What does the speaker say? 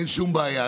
אין שום בעיה.